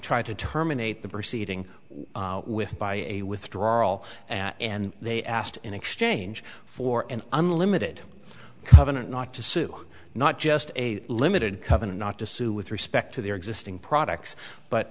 try to terminate the proceeding with by a withdrawal and they asked in exchange for an unlimited covenant not to sue not just a limited covenant not to sue with respect to their existing products but